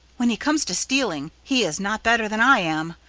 when he comes to stealing he is not better than i am.